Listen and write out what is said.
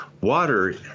Water